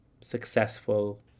successful